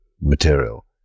material